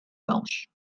welsh